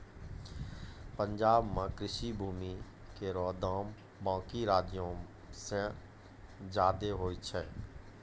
पंजाब म कृषि भूमि केरो दाम बाकी राज्यो सें जादे होय छै